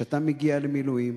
כשאתה מגיע למילואים,